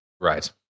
Right